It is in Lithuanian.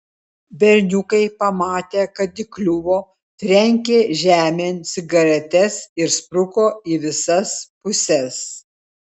berniukai pamatę kad įkliuvo trenkė žemėn cigaretes ir spruko į visas puses